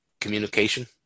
communication